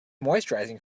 moisturising